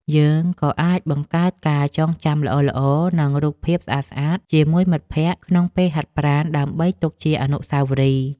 យើងក៏អាចបង្កើតការចងចាំល្អៗ និងរូបភាពស្អាតៗជាមួយមិត្តភក្តិក្នុងពេលហាត់ប្រាណដើម្បីទុកជាអនុស្សាវរីយ៍។